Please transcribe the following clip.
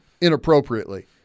inappropriately